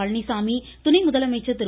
பழனிசாமி துணை முதலமைச்சர் திரு